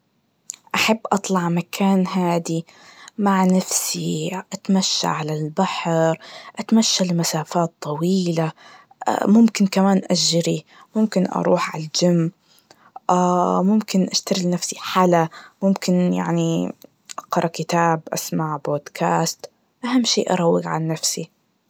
أحب أطلع مكان هادي, مع نفسي أتمشى على البحر, أتمشى لمسافات طويلة, ممكن كمان أجري, ممكن أروح عالجيم, ممكن أشتري لنفسي حلا, ممكن يعني أقرا كتاب, أسمع بودكاست, أهم شي أروق عن نفسي.